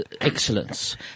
excellence